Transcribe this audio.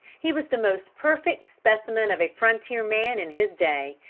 he was the most perfect specimen of a frontier man in his day,